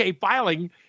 filing